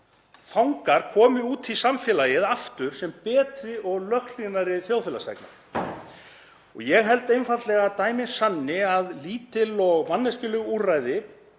fangar komi út í samfélagið aftur sem betri og löghlýðnari þjóðfélagsþegnar. Ég held einfaldlega að dæmin sanni að lítil og manneskjuleg úrræði